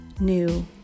new